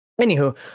Anywho